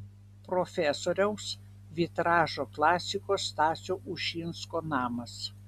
profesoriaus vitražo klasiko stasio ušinsko namas